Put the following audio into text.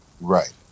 right